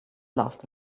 laughed